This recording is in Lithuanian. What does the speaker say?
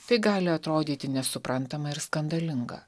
tai gali atrodyti nesuprantama ir skandalinga